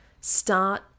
start